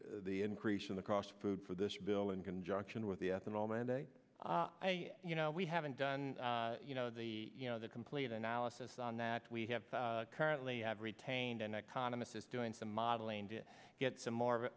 the increase in the cross food for this bill in conjunction with the ethanol mandate i you know we haven't done you know the you know the complete analysis on that we have currently have retained an economist is doing some modeling to get some more